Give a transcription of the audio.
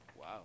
Wow